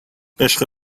عشق